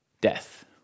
death